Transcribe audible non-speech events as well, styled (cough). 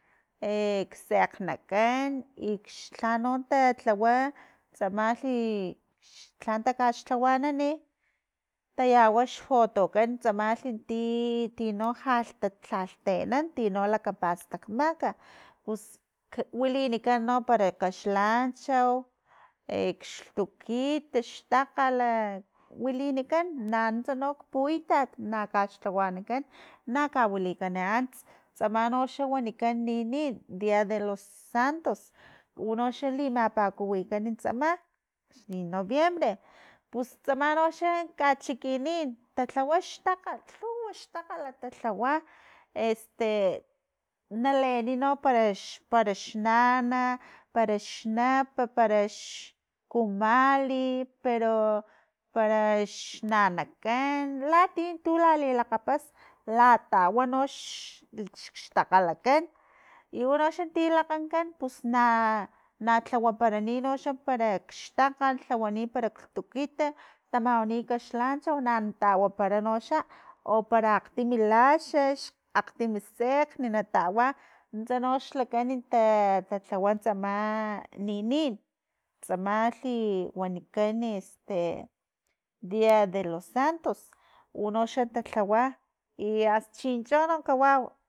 E sekgne kan i xla no ta- tawa tsamalhi x lhano takaxlhawanani tayawa xfotokan tsamalhi ti- tino lhalh teana tino lakapastakmak pus wilinikan no para kaxlancho exlhtukit xtakgala wilinikan nanuntsa no puitat na kaxlhawanankan na kawilikan ants tsama noxa wanikan linin dia de los santos unoxa limapakuwikan tsama xli noviembre pus tsama noxa kachikinin tawa xtakgal lhuwa xtakgal tatalhawa este naleni no parax parax nana, parax nap, parax kumali pero parax nanakan, latia tu lalilakgapas latawa nox x- xtakgalakan i unoxa ti lakgankan pusna nalhawaparani no parakx xtakgal lhawani parak xlhtukit tamawani kaxkanchou nan tawapara noxa o para akgtimi laxux akgtimi sekgn natawa nuntsa nox lakan ta- tatlawa tsama linin tsamalhi wanikani (hesitation) dia de los santos unoxa talhawa i asta chincho no kawau